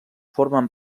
formen